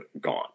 gone